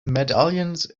medallions